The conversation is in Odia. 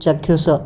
ଚାକ୍ଷୁଷ